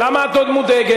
למה את עוד מודאגת?